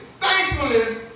Thankfulness